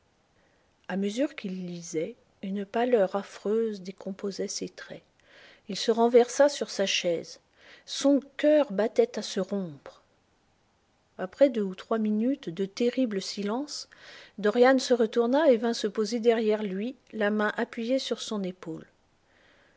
a mesure qu'il lisait une pâleur affreuse décomposait ses traits il se renversa sur sa chaise son cœur battait à se rompre après deux ou trois minutes de terrible silence dorian se retourna et vint se poser derrière lui la main appuyée sur son épaule